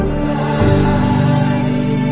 Christ